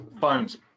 phones